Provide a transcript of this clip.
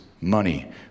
money